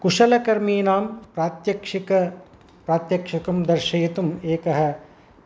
कुशलकर्मिणां प्रात्यक्षिक प्रात्यक्षिकं दर्शयितुम् एकः